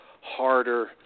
harder